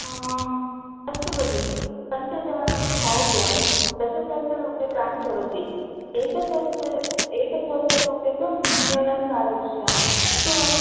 हा अस्तु भगिनि पञ्चजनानां मौल्यं दशसहस्ररूप्यकाणि भवति एकसहस्र एकसहस्ररूप्यकं न्यूनं कारयिष्यामि अस्तु वा